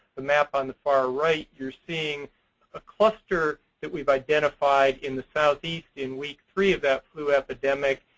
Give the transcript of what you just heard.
the map on the far right, you're seeing a cluster that we've identified in the southeast in week three of that flu epidemic.